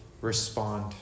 respond